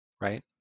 right